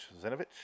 Zenovich